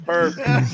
Perfect